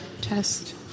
test